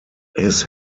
his